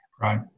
Right